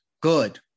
good